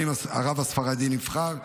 הרב הספרדי נבחר,